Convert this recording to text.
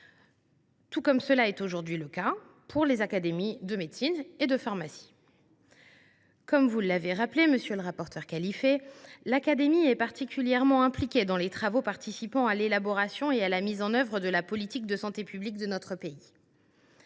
comme c’est aujourd’hui le cas s’agissant des académies nationales de médecine et de pharmacie. Ainsi que vous l’avez rappelé, monsieur le rapporteur, l’Académie est particulièrement impliquée dans les travaux participant à l’élaboration et à la mise en œuvre de la politique de santé publique de notre pays.